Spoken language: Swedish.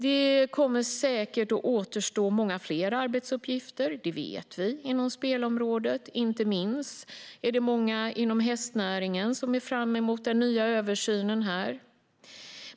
Det kommer säkert att återstå många fler arbetsuppgifter inom spelområdet; det vet vi. Inte minst är det många inom hästnäringen som ser fram emot den nya översynen.